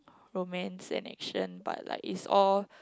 romance in action but like is all